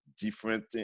different